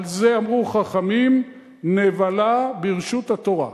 על זה אמרו חכמים: נבלה ברשות התורה.